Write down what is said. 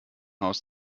aus